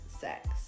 sex